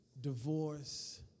divorce